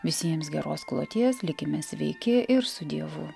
visiems geros kloties likime sveiki ir su dievu